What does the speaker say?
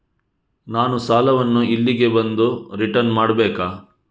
ನಾನು ಸಾಲವನ್ನು ಇಲ್ಲಿಗೆ ಬಂದು ರಿಟರ್ನ್ ಮಾಡ್ಬೇಕಾ?